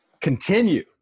continue